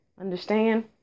Understand